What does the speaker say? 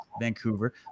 Vancouver